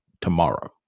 tomorrow